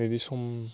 बेदि सम